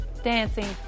Dancing